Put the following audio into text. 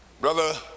Brother